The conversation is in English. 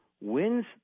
wins